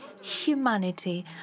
humanity